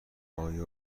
آیا